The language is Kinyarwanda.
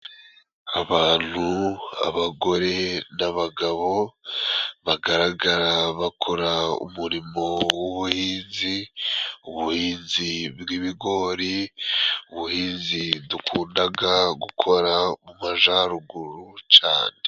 Abantu abagore n'abagabo bagaragara bakora umurimo w'ubuhinzi, ubuhinzi bw'ibigori ubuhinzi dukundaga gukora mu Majaruguru cane.